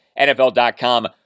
NFL.com